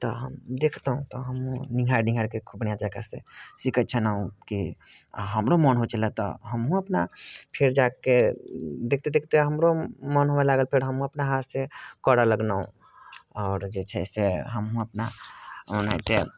तऽ हम देखतहुँ तऽ हम निङ्घारि निङ्घारिके खूब बढ़िआँ जकाँ से सीखै छलहुँ की हमरो मोन होइ छलै तऽ हमहुँ अपना फेर जाके देखते देखते हमरो मोन हुए लागल फेर हम अपना हाथसँ करऽ लगलहुँ आओर जे छै से हमहुँ अपना ओनाहिते